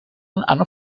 hanno